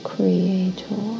Creator